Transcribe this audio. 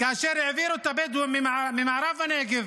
כאשר העבירו את הבדואים ממערב הנגב